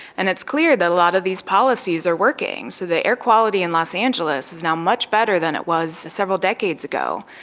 and it's clear that a lot of these policies are working. so the air quality in los angeles is now much better than it was several decades ago.